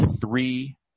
three